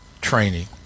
training